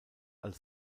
als